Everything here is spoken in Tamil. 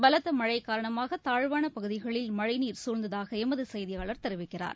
பலத்தமழைகாரணமாகதாழ்வானபகுதிகளில் மழைநீர் சூழ்ந்ததாகளமதுசெய்தியாளர் தெரிவிக்கிறார்